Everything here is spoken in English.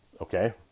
okay